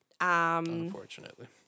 unfortunately